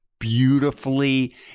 Beautifully